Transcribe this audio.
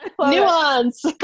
Nuance